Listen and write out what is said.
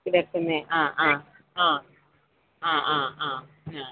കിടക്കുന്നെ ആ ആ ആ ആ ആ ആ ആ